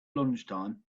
lunchtime